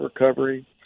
recovery